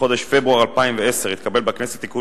בחודש פברואר 2010 התקבל בכנסת (תיקון